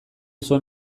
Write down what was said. zuen